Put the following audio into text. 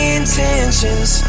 intentions